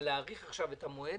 אבל להאריך עכשיו את המועד,